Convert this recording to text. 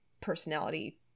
personality